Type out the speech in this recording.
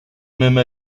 même